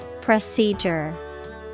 Procedure